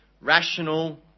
rational